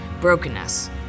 brokenness